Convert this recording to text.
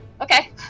okay